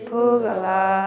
Pugala